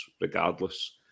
regardless